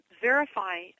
verify